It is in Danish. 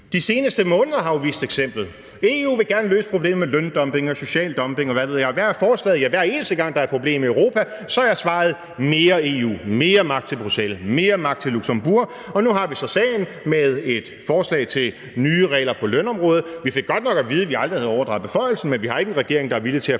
De seneste måneder har jo vist eksemplet. EU vil gerne løse problemet med løndumping og social dumping, og hvad ved jeg – og hvad er forslaget? Ja, hver eneste gang der er et problem i Europa, så er svaret mere EU, mere magt til Bruxelles, mere magt til Luxembourg, og nu har vi så sagen med et forslag til nye regler på lønområdet. Vi fik godt nok at vide, at vi aldrig havde overdraget beføjelsen, men vi har ikke en regering, der er villig til at